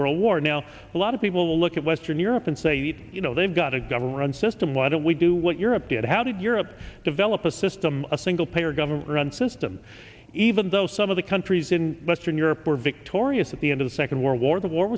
world war now a lot of people look at western europe and say eat you know they've got a government run system why don't we do what europe did how did europe develop a system a single payer government run system even though some of the countries in western europe were victorious at the end of the second world war the war